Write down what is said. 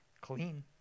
Clean